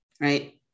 right